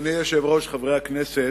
אדוני היושב-ראש, חברי הכנסת,